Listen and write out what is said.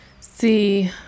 see